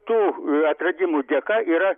tų atradimų dėka yra